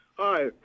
Hi